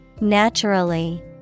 Naturally